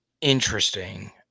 Interesting